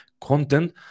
content